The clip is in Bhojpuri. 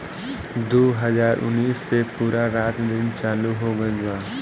दु हाजार उन्नीस से पूरा रात दिन चालू हो गइल बा